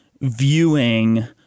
viewing